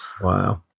Wow